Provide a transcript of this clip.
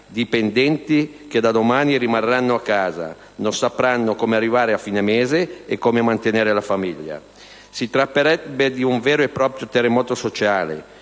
dipendenti che da domani rimarranno a casa, non sapranno come arrivare a fine mese e come mantenere la famiglia. Si tratterebbe di un vero e proprio terremoto sociale.